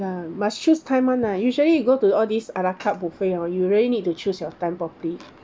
ya must choose time [one] lah usually you go to all these ala carte buffet hor you really need to choose your time properly